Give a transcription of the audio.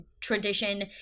tradition